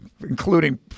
including